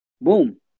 boom